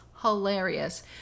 hilarious